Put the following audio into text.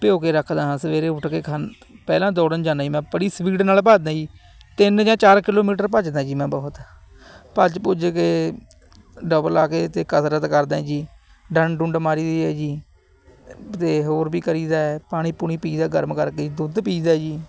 ਭਿਓਂ ਕੇ ਰੱਖਦਾ ਹਾਂ ਸਵੇਰੇ ਉੱਠ ਕੇ ਖਾਂਦ ਪਹਿਲਾਂ ਦੌੜਨ ਜਾਂਦਾ ਜੀ ਮੈਂ ਬੜੀ ਸਪੀਡ ਨਾਲ਼ ਭੱਜਦਾਂ ਜੀ ਤਿੰਨ ਜਾਂ ਚਾਰ ਕਿਲੋਮੀਟਰ ਭੱਜਦਾਂ ਜੀ ਮੈਂ ਬਹੁਤ ਭੱਜ ਭੁੱਜ ਕੇ ਡਬਲ ਲਗਾ ਕੇ ਅਤੇ ਕਸਰਤ ਕਰਦਾ ਹੈ ਜੀ ਡੰਡ ਡੁੰਡ ਮਾਰੀਦੀ ਹੈ ਜੀ ਅਤੇ ਹੋਰ ਵੀ ਕਰੀਦਾ ਪਾਣੀ ਪੂਣੀ ਪੀਈਦਾ ਗਰਮ ਕਰਕੇ ਦੁੱਧ ਪੀਈਦਾ ਜੀ